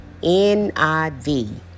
NIV